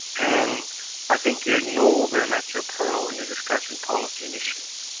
and i think you ignore them at your peril when you're discussing policy and issues.